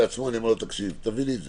לעצמו אז אני פשוט אבקש ממנו להביא את זה.